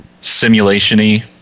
simulation-y